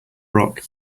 rock